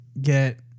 get